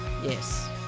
Yes